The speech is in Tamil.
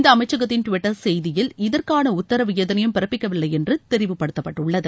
இந்த அமைச்சகத்தின் டுவிட்டர் செய்தியில் இதற்கான உத்தரவு எதனையும் பிறப்பிக்கவில்லை என்று தெரிவுபடுத்தப்பட்டு உள்ளது